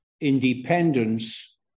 independence